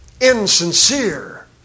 insincere